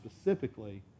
specifically